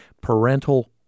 parental